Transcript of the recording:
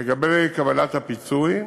3. לגבי קבלת הפיצוי,